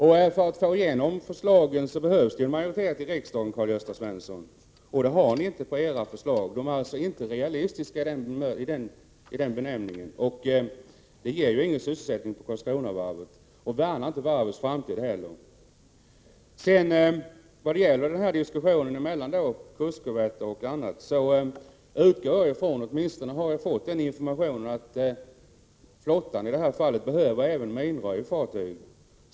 För att man skall få igenom förslagen behövs det en majoritet i riksdagen, Karl-Gösta Svenson, och det har ni inte för era förslag. De är alltså inte realistiska i den meningen. De ger ju ingen sysselsättning på Karlskronavarvet, och de värnar inte heller om varvets framtid. När det gäller diskussionen om kustkorvetter osv. utgår jag ifrån — jag har åtminstone fått den informationen — att flottan behöver även minröjningsfartyg.